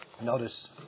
notice